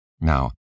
Now